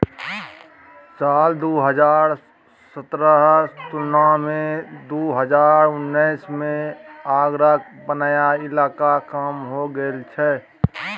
साल दु हजार सतरहक तुलना मे दु हजार उन्नैस मे आगराक बनैया इलाका कम हो गेल छै